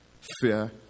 fear